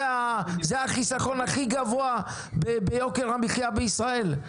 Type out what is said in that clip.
זה החיסכון הכי גבוה ביוקר המחיה בישראל,